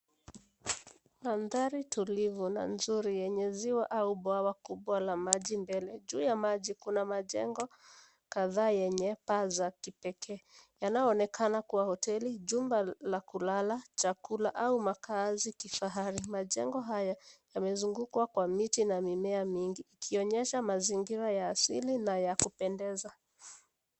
Mandhari tulivu na nzuri yenye ziwa au bwawa kubwa la maji mbele. Juu ya maji, kuna majengo kadhaa yenye paa za kipekee yanayo onekana kuwa hoteli, jumba la kulala, chakula au makazi kifahari. Majengo haya yamezungukwa kwa miti na mimea mingi ikionyesha mazingira ya asili na ya kupendeza.